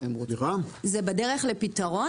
זה בדרך לפתרון?